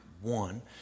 one